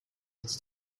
its